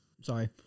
Sorry